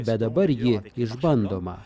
bet dabar ji išbandoma